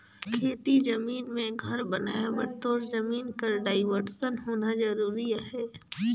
खेती जमीन मे घर बनाए बर तोर जमीन कर डाइवरसन होना जरूरी अहे